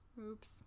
Oops